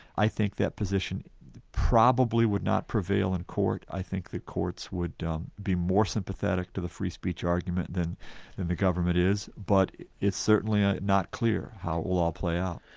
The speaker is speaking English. i think that position probably would not prevail in court, i think the courts would be more sympathetic to the free speech argument than and the government is, but it's certainly ah not clear how it will all play out.